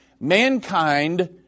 Mankind